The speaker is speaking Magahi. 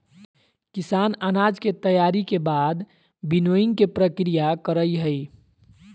किसान अनाज के तैयारी के बाद विनोइंग के प्रक्रिया करई हई